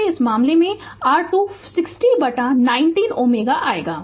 तो इस मामले में इसलिए R2 60 बटा 19 Ω आएगा